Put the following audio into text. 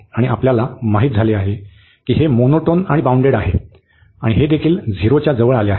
आणि आपल्याला माहित झाले की हे मोनोटोन आणि बाउंडेड आहे आणि हे देखील झिरोच्या जवळ आले आहे